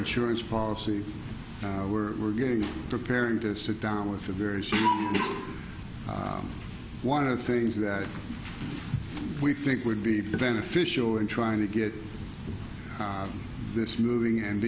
insurance policy where we're going preparing to sit down with a very one of the things that we think would be beneficial in trying to get this moving and